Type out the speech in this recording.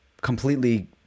completely